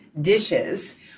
dishes